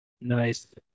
Nice